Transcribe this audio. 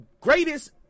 greatest